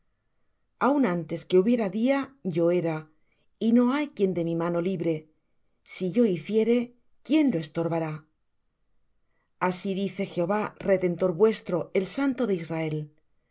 aun antes que hubiera día yo era y no hay quien de mi mano libre si yo hiciere quién lo estorbará así dice jehová redentor vuestro el santo de israel por